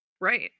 Right